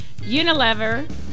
Unilever